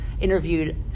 interviewed